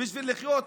בשביל לחיות בשלום,